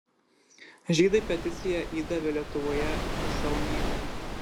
žydai peticiją įdavė lietuvoje zaunienei